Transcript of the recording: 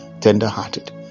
tender-hearted